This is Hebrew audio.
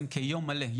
הכול.